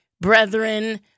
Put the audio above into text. brethren